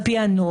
על פי הנוהל,